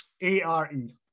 A-R-E